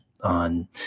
on